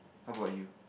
how about you